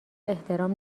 احترام